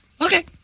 Okay